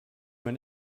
man